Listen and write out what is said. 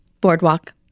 boardwalk